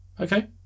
okay